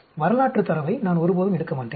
வரலாற்று தரவை நான் ஒருபோதும் எடுக்க மாட்டேன்